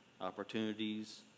Opportunities